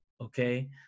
okay